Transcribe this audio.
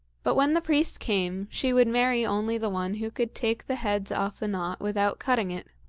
but when the priest came, she would marry only the one who could take the heads off the knot without cutting it.